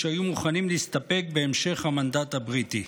שהיו מוכנים להסתפק בהמשך המנדט הבריטי.